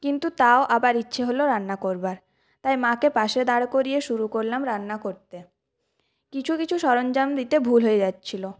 কিন্তু তাও আবার ইচ্ছে হল রান্না করবার তাই মাকে পাশে দাঁড় করিয়ে শুরু করলাম রান্না করতে কিছু কিছু সরঞ্জাম দিতে ভুল হয়ে যাচ্ছিলো